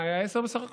אה, עשר דקות בסך הכול?